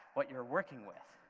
what you're working with,